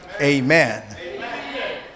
amen